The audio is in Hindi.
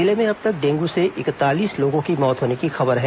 जिले में अब तक डेंगू से इकतालीस लोगों की मौत होने की खबर है